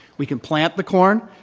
we can plant the corn.